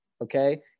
okay